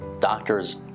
doctors